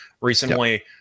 recently